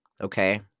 okay